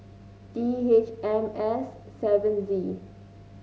D H M S seven Z